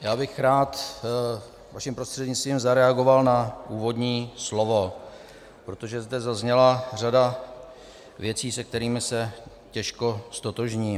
Já bych rád vaším prostřednictvím zareagoval na úvodní slovo, protože zde zazněla řada věcí, se kterými se těžko ztotožním.